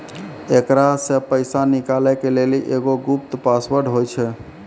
एकरा से पैसा निकालै के लेली एगो गुप्त पासवर्ड होय छै